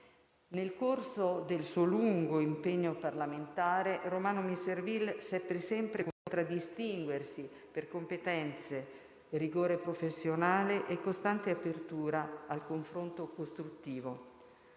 Nel corso del suo lungo impegno parlamentare, Romano Misserville seppe sempre contraddistinguersi per competenze, rigore professionale e costante apertura al confronto costruttivo.